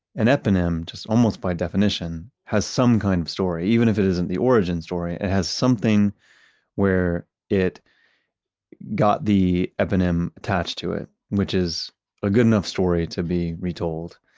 an eponym, eponym, almost by definition, has some kind of story even if it isn't the origin story, it has something where it got the eponym attached to it, which is a good enough story to be retold.